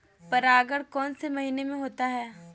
परागण कौन से महीने में होता है?